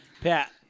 Pat